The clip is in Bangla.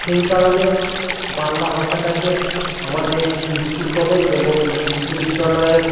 সেই কারণে বাংলা ভাষাটাকে আমাদের স্কুল কলেজ এবং বিশ্ববিদ্যালয়ে